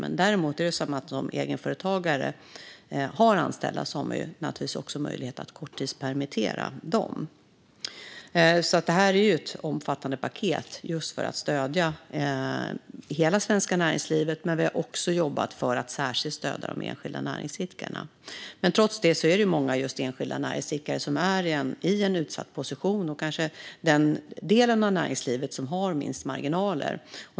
Men om man som egenföretagare däremot har anställda har man naturligtvis möjlighet att korttidspermittera dem. Detta är ett omfattande paket för att just stödja hela det svenska näringslivet. Men vi har också jobbat för att särskilt stödja de enskilda näringsidkarna. Trots detta finns det många enskilda näringsidkare som befinner sig i en utsatt position. Det kanske är den del av näringslivet som har minst marginaler.